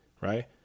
Right